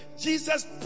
Jesus